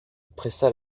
pressa